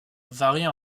varient